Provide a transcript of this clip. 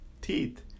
teeth